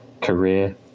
career